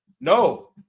No